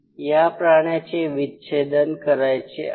या प्राण्याचे विच्छेदन करायचे आहे